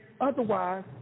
Otherwise